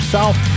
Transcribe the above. South